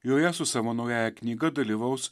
joje su savo naująja knyga dalyvaus